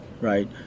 right